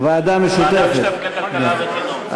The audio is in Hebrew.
ועדה משותפת לכלכלה וחינוך.